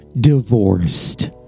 divorced